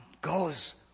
goes